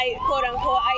quote-unquote